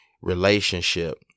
relationship